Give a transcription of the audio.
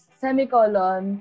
semicolon